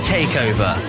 Takeover